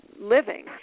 living